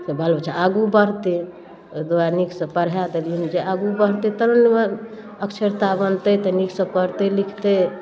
जे बाल बच्चा आगू बढ़तै ओहि दुआरे नीकसँ पढ़ा देलिअनि जे आगू बढ़तै तऽ ने अक्षरता बनतै तऽ नीकसँ पढ़तै लिखतै